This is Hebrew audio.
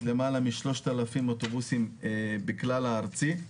למעלה מ-3,000 אוטובוסים בכלל הארצי,